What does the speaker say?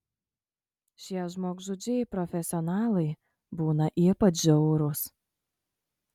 šie žmogžudžiai profesionalai būna ypač žiaurūs